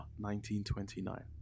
1929